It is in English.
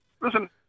listen